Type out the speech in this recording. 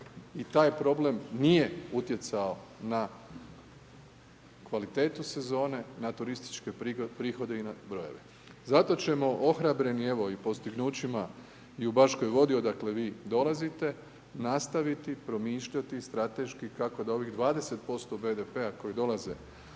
i taj problem nije utjecao na kvalitetu sezone, na turističke prihode i na brojeve. Zato ćemo ohrabreni evo i postignućima i u Baškoj Vodi odakle vi dolazite nastaviti promišljati strateški kako da ovih 20% BDP-a koji dolaze